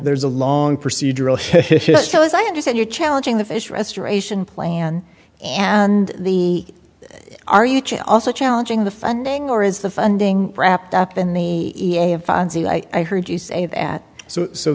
there's a long procedural shows i understand you're challenging the fish restoration plan and the are you also challenging the funding or is the funding wrapped up in the i heard you say that